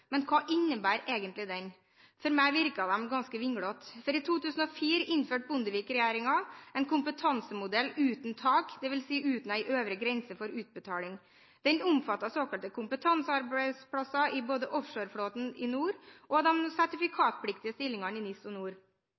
Men hva innebærer egentlig den? På meg virker de ganske vinglete. I 2004 innførte Bondevik-regjeringen en kompetansemodell uten tak, dvs. uten en øvre grense for utbetaling. Den omfattet både såkalte kompetansearbeidsplasser i offshoreflåten i NOR og de sertifikatpliktige stillingene i NIS og